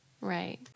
Right